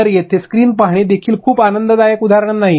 तर जेथे स्क्रीन पाहणे देखील हे खूप आनंददायक उदाहरण नाही